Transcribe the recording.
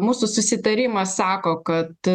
mūsų susitarimas sako kad